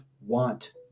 want